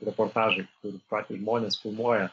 reportažai kur patys žmonės filmuoja